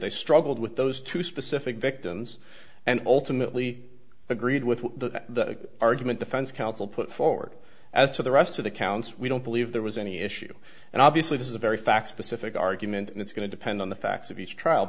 they struggled with those two specific victims and ultimately agreed with the argument defense counsel put forward as to the rest of the counts we don't believe there was any issue and obviously this is a very fact specific argument and it's going to depend on the facts of each